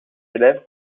élèves